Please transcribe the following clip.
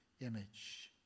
image